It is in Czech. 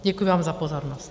Děkuju vám za pozornost.